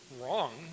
wrong